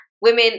Women